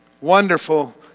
wonderful